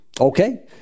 Okay